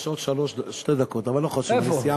יש עוד שתי דקות, אבל לא חשוב, אני סיימתי.